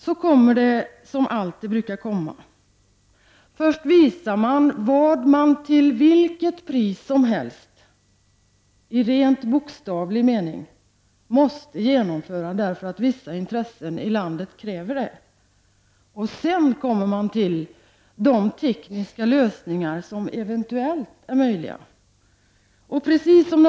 Så kom det som alltid kommer: Först visar man vad man till vilket pris som helst i rent bokstavlig mening måste genomföra, därför att vissa intressen i landet kräver det. Sedan kommer man till de tekniska lösningar som eventuellt är möjliga.